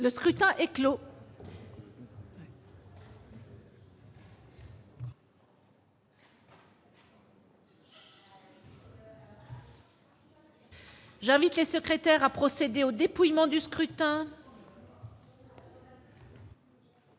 Le scrutin est clos. J'invite Mmes et MM. les secrétaires à procéder au dépouillement du scrutin.